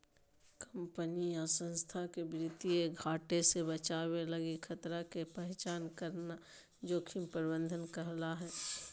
company या संस्थान के वित्तीय घाटे से बचावे लगी खतरा के पहचान करना जोखिम प्रबंधन कहला हय